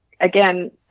Again